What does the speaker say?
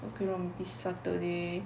okay lor maybe saturday